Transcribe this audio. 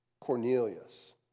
Cornelius